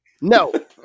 No